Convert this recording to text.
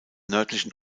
nördlichen